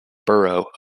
borough